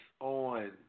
on